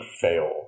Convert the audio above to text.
fail